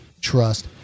trust